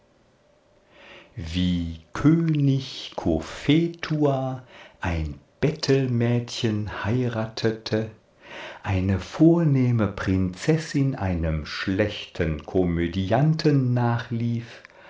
wie könig cophetua ein bettelmädchen heiratete eine vornehme prinzessin einem schlechten komödianten nachlief